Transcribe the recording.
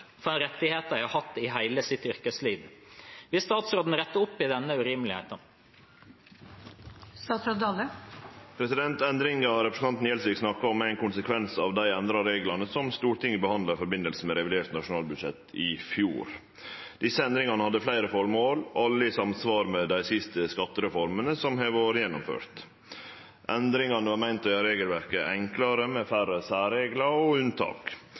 hatt i hele sitt yrkesliv. Vil statsråden rette opp i denne urimeligheten?» Endringa representanten Gjelsvik snakkar om, er ein konsekvens av dei endra reglane som Stortinget behandla i samband med revidert nasjonalbudsjett i fjor. Desse endringane hadde fleire føremål, alle i samsvar med dei siste skattereformene som har vore gjennomførte. Endringane var meinte å gjere regelverket enklare, med færre særreglar og unntak.